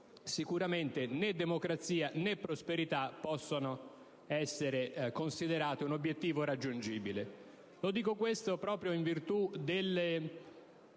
sicuramente né democrazia né prosperità possono essere considerate obiettivi raggiungibili. Dico questo proprio in virtù delle